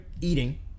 eating